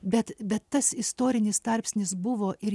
bet bet tas istorinis tarpsnis buvo ir